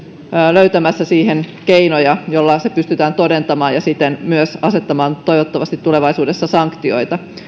löytämässä siihen keinoja joilla se pystytään todentamaan ja siten myös asettamaan toivottavasti tulevaisuudessa sanktioita